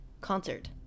concert